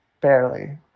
barely